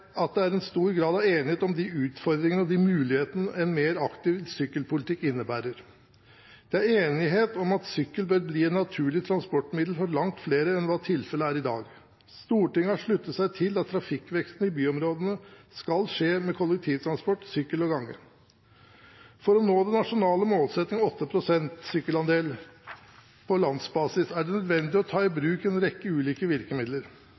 at det er en stor grad av enighet om de utfordringene og de mulighetene en mer aktiv sykkelpolitikk innebærer. Det er enighet om at sykkel bør bli et naturlig transportmiddel for langt flere enn hva tilfellet er i dag. Stortinget har sluttet seg til at trafikkveksten i byområdene skal skje med kollektivtransport, sykkel og gange. For å nå den nasjonale målsettingen om 8 pst. sykkelandel på landsbasis er det nødvendig å ta i bruk en rekke ulike virkemidler.